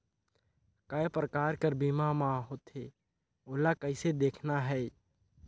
काय प्रकार कर बीमा मा होथे? ओला कइसे देखना है?